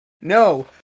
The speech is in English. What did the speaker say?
No